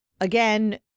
again